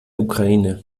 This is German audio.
ukraine